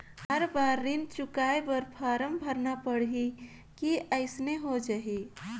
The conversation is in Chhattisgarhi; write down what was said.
हर बार ऋण चुकाय बर फारम भरना पड़ही की अइसने हो जहीं?